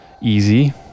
Easy